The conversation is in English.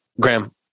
Graham